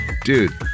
dude